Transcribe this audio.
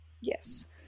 Yes